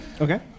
Okay